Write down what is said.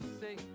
say